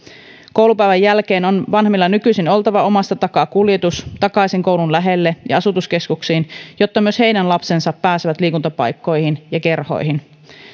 koulupäivän jälkeen on vanhemmilla nykyisin oltava omasta takaa kuljetus takaisin koulun lähelle ja asutuskeskuksiin jotta myös heidän lapsensa pääsevät liikuntapaikkoihin ja kerhoihin